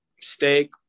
steak